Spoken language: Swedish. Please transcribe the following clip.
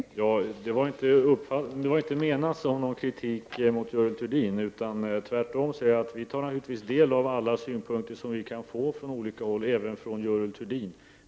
Fru talman! Vad jag sade var inte menat som kritik mot Görel Thurdin. Tvärtom tar vi till oss alla synpunkter som vi nu får från olika håll och därmed även Görel Thurdins.